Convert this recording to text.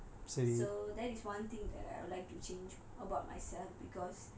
so that's one thing that I would like to change about myself because